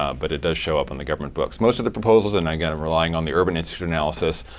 ah but it does show up in the government books. most of the proposals, and again, and relying on the urban institute analysis,